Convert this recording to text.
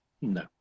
no